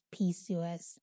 PCOS